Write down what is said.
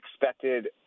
expected